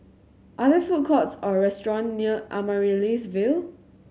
are there food courts or restaurant near Amaryllis Ville